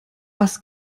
was